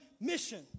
mission